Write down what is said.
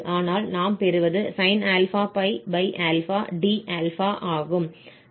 ஆனால் நாம் பெறுவது sin∝πd∝ ஆகும்